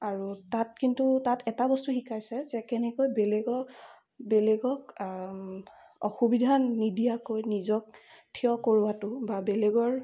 আৰু তাত কিন্তু তাত এটা বস্তু শিকাইছে যে কেনেকৈ বেলেগক বেলেগক অসুবিধা নিদিয়াকৈ নিজক থিয় কৰোৱাটো বা বেলেগৰ